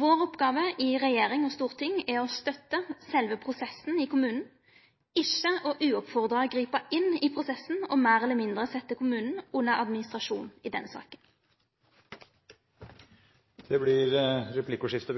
Vår oppgåve i regjering og storting er å støtte sjølve prosessen i kommunen, ikkje uoppfordra å gripe inn i prosessen og meir eller mindre setje kommunen under administrasjon i denne saka. Det blir replikkordskifte.